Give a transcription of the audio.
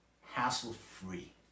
hassle-free